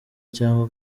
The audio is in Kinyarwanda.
cyangwa